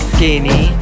Skinny